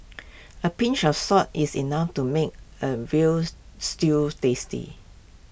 A pinch of salt is enough to make A Veal Stew tasty